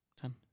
Ten